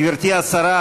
גברתי השרה,